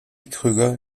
krüger